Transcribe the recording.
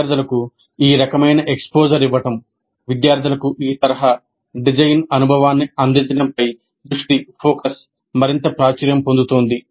విద్యార్థులకు ఈ రకమైన ఎక్స్పోజర్ ఇవ్వడం విద్యార్థులకు ఈ తరహా డిజైన్ అనుభవాన్ని అందించడంపై దృష్టి మరింత ప్రాచుర్యం పొందుతోంది